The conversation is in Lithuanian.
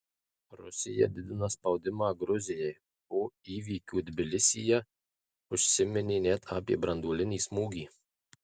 rusija didina spaudimą gruzijai po įvykių tbilisyje užsiminė net apie branduolinį smūgį